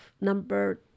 number